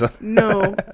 No